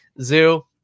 zoo